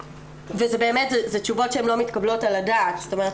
אלה באמת תשובות שלא מתקבלות על דעת זאת אומרת,